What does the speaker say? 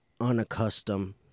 unaccustomed